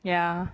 ya